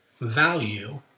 value